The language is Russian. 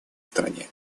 стране